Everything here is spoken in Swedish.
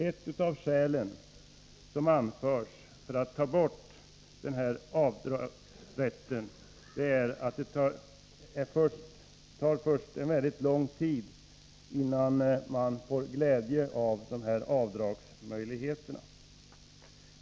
Ett av de skäl som anförts för att ta bort denna avdragsrätt är att det tar väldigt lång tid innan man får glädje av de här avdragsmöjligheterna.